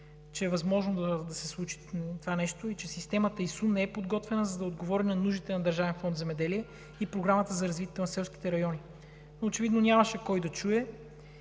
че е възможно да се случи това нещо и че системата ИСУН не е подготвена, за да отговори на нуждите на Държавен фонд „Земеделие“ и Програмата за развитието на селските райони. Очевидно нямаше кой да ме